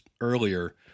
earlier